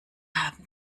hatten